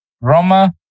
Roma